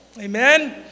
amen